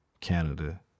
Canada